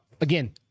again